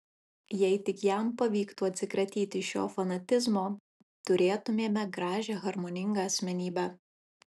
jei tik jam pavyktų atsikratyti šio fanatizmo turėtumėme gražią harmoningą asmenybę